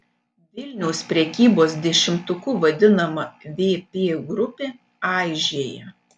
vilniaus prekybos dešimtuku vadinama vp grupė aižėja